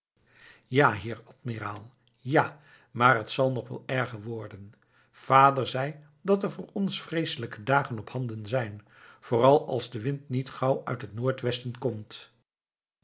ja heer admiraal ja maar het zal nog wel erger worden vader zei dat er voor ons vreeselijke dagen op handen zijn vooral als de wind niet gauw in het noordwesten komt